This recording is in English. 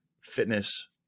fitness